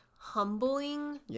humbling